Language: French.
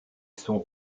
sont